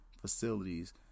facilities